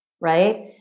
right